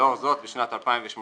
לאור זאת, בשנת 2018